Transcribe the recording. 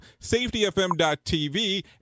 safetyfm.tv